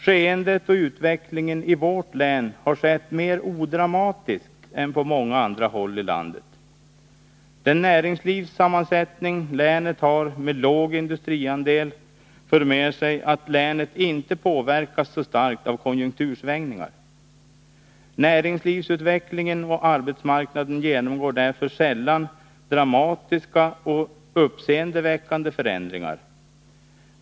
Skeendet och utvecklingen i vårt län har skett mer odramatiskt än på många andra håll i landet. Den näringslivssammansättning länet har med låg industriandel för med sig att länet inte påverkas så starkt av konjunktursvängningar. Näringslivsutvecklingen och arbetsmarknaden genomgår därför sällan dramatiska och uppseendeväckande förändringar.